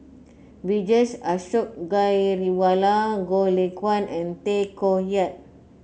Vijesh Ashok Ghariwala Goh Lay Kuan and Tay Koh Yat